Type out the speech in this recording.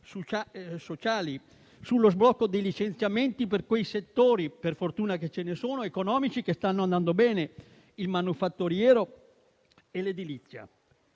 sociali, sullo sblocco dei licenziamenti per quei settori economici, fortuna che ci sono, che stanno andando bene, il manifatturiero e l'edilizia.